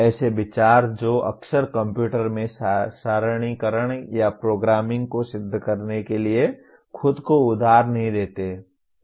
ऐसे विचार जो अक्सर कंप्यूटर में सारणीकरण या प्रोग्रामिंग को सिद्ध करने के लिए खुद को उधार नहीं देते हैं